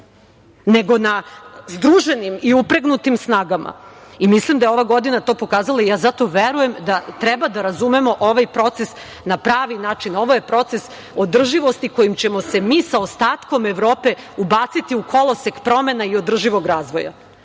nego na združenim i upregnutim snagama. Mislim da je ova godina to pokazala i ja zato verujem da treba da razumemo ovaj proces na pravi način. Ovo je proces održivosti kojim ćemo se mi sa ostatkom Evrope ubaciti u kolosek promena i održivog razvoja.E,